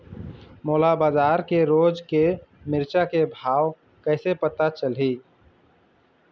मोला बजार के रोज के मिरचा के भाव कइसे पता चलही?